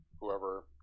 whoever